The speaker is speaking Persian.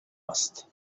است